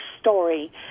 story